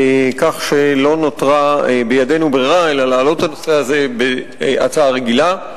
כך שלא נותרה בידנו ברירה אלא להעלות את הנושא הזה בהצעה רגילה.